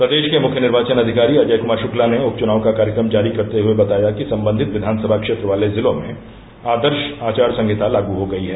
प्रदेश के मुख्य निर्वाचन अधिकारी अजय कूमार शुक्ला ने उपचुनाव का कार्यक्रम जारी करते हये बताया कि सम्बन्धित विधानसभा क्षेत्र वाले जिलों में आदर्श आचार सहिता लागू हो गयी है